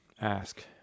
ask